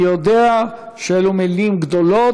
אני יודע שאלו מילים גדולות,